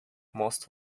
most